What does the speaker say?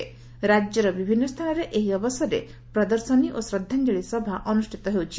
ରାକ୍ୟର ବିଭିନ୍ନ ସ୍ଚାନରେ ଏହି ଅବସରରେ ପ୍ରଦର୍ଶନୀ ଓ ଶ୍ରଦ୍ଧାଞଳି ସଭା ଅନୁଷ୍ପିତ ହେଉଛି